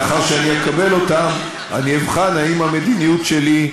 לאחר שאקבל אותם, אני אבחן האם המדיניות שלי,